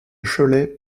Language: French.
cholet